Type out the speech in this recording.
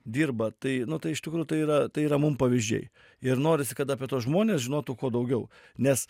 dirba tai nu tai iš tikrųjų tai yra tai yra mum pavyzdžiai ir norisi kad apie tuos žmones žinotų kuo daugiau nes